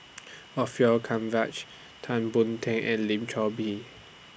Orfeur Tan Boon Teik and Lim Chor Pee